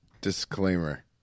Disclaimer